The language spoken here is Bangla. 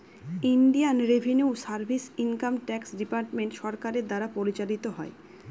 Indian revenue service income tax department সরকারের দ্বারা পরিচালিত হয়